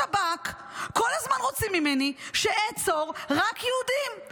בשב"כ כל הזמן רוצים ממני שאעצור רק יהודים.